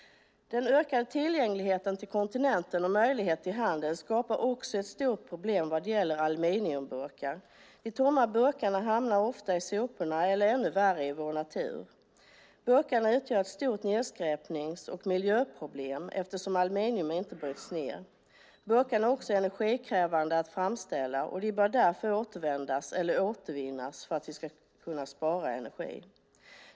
Den ökade tillgängligheten till kontinenten och möjlighet till handel skapar också ett stort problem vad gäller aluminiumburkar. De tomma burkarna hamnar ofta i soporna eller, ännu värre, i vår natur. Burkarna utgör ett stort nedskräpnings och miljöproblem eftersom aluminium inte bryts ned. Burkarna är också energikrävande att framställa, och de bör därför återanvändas eller återvinnas för att vi ska kunna spara energi.